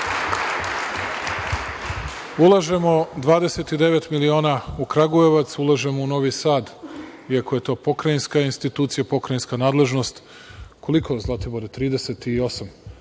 Nišu. Ulažemo 29 miliona u Kragujevac, ulažemo u Novi Sad iako je to pokrajinska institucija, pokrajinska nadležnost. Koliko, Zlatibore, 38?